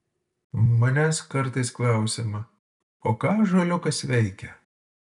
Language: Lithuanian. manęs kartais klausiama o ką ąžuoliukas veikia